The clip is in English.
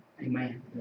Amen